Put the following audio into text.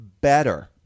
better